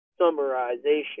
summarization